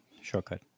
shortcut